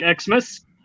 Xmas